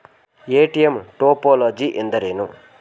ATM topology ಎಂದರೇನು?